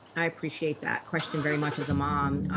i appreciate that question very much as a mom